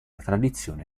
tradizione